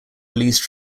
released